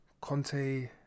Conte